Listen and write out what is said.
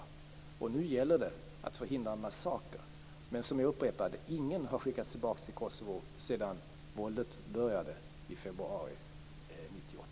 Nu gäller det att förhindra en massaker. Men jag upprepar: Ingen har skickats tillbaka till Kosovo sedan våldet började i februari 1998.